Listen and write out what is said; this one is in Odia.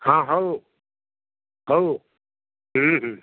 ହଁ ହଉ ହଉ